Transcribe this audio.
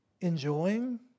enjoying